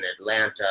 Atlanta